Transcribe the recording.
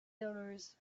dollars